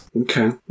Okay